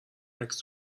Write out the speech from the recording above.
عکس